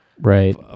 right